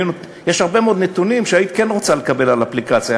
יש הרבה מאוד נתונים שהיית כן רוצה לקבל באפליקציה.